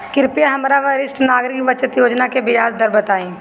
कृपया हमरा वरिष्ठ नागरिक बचत योजना के ब्याज दर बताइं